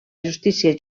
justícia